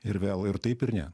ir vėl ir taip ir ne